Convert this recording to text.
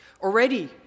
Already